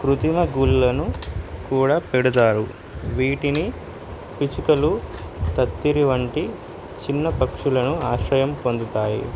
కృత్రిమ గూళ్ళను కూడా పెడతారు వీటిని పిచ్చుకలు తత్తిరి వంటి చిన్న పక్షులను ఆశ్రయం పొందుతాయి